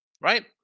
right